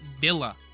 Villa